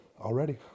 Already